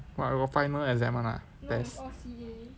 !wah! you got final exam [one] ah test